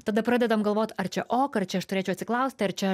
tada pradedam galvot ar čia ok ar čia aš turėčiau atsiklausti ar čia